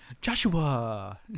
Joshua